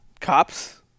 cops